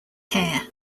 hair